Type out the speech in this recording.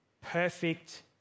Perfect